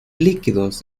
líquidos